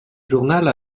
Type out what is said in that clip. journal